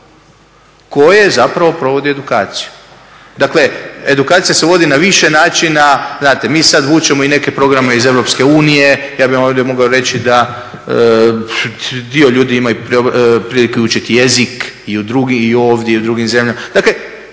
koje zapravo provodi edukaciju. Dakle, edukacija se vodi na više načina, znate mi sad vučemo i neke programe iz EU. Ja bih vam ovdje mogao reći da dio ljudi ima i prilike učiti jezik i ovdje i u drugim zemljama.